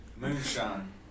moonshine